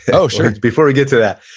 yeah oh sure before we get to that.